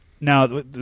Now